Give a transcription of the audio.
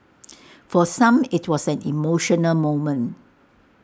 for some IT was an emotional moment